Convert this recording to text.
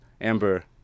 Amber